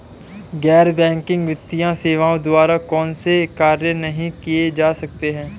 गैर बैंकिंग वित्तीय सेवाओं द्वारा कौनसे कार्य नहीं किए जा सकते हैं?